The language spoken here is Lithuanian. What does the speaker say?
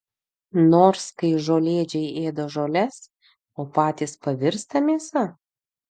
nors kai žolėdžiai ėda žoles o patys pavirsta mėsa